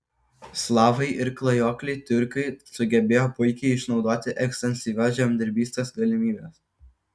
slavai ir klajokliai tiurkai sugebėjo puikiai išnaudoti ekstensyvios žemdirbystės galimybes